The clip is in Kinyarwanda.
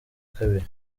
kabiri